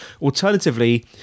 Alternatively